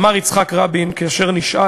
אמר יצחק רבין, כאשר נשאל